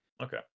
Okay